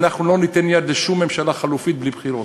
אנחנו לא ניתן יד לשום ממשלה חלופית בלי בחירות,